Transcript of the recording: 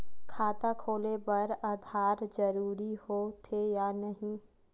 खाता खोले बार आधार जरूरी हो थे या नहीं?